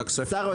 בוועדת הכספים.